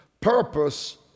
Purpose